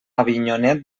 avinyonet